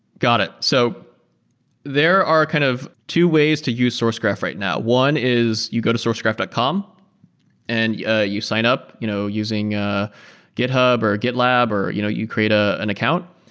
got it. so there are kind of two ways to use sourcegraph right now. one is you go to sourcegraph dot com and yeah you sign up you know using ah github, or gitlab, or you know you create ah an account,